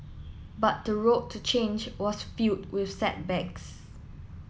but the road to change was filled with setbacks